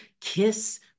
kiss